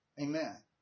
Amen